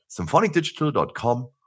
symphonicdigital.com